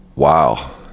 Wow